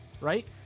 right